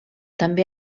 també